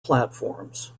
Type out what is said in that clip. platforms